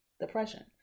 depression